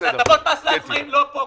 הטבות מס לעצמאים לא פה.